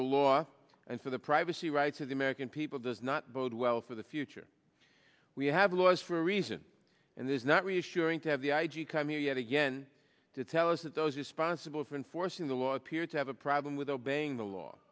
the law and for the privacy rights of the american people does not bode well for the future we have laws for a reason and there's not reassuring to have the i g come here yet again to tell us that those responsible for enforcing the law appear to have a problem with obeying the law